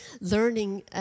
learning